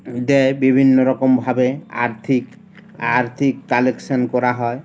দেয় বিভিন্ন রকমভাবে আর্থিক আর্থিক কালেকশান করা হয়